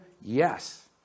Yes